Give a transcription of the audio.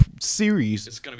series